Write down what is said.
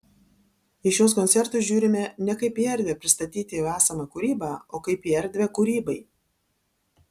į šiuos koncertus žiūrime ne kaip į erdvę pristatyti jau esamą kūrybą o kaip į erdvę kūrybai